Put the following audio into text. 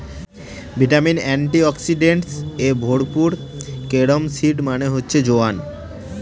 vitamin, antioxidants এ ভরপুর carom seed মানে হচ্ছে জোয়ান